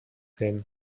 him